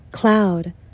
Cloud